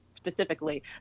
specifically